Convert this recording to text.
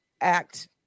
act